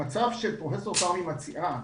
המצב שפרופ' כרמי מציעה,